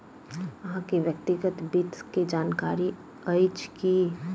अहाँ के व्यक्तिगत वित्त के जानकारी अइछ की?